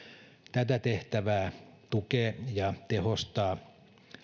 tätä tehtävää tukee ja tehostaa